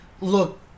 look